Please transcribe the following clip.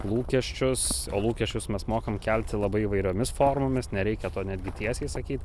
lūkesčius o lūkesčius mes mokam kelti labai įvairiomis formomis nereikia to netgi tiesiai sakyt